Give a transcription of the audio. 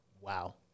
wow